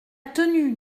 tenue